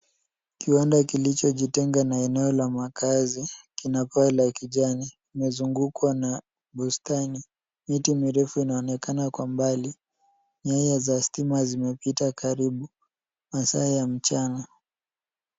Kiwanda kilichojitenga na eneo la makazi, kina paa la kijani, imezungukwa na bustani. Miti mirefu inaonekana kwa mbali. Nyaya za stima zimepita karibu. Masaa ya mchana.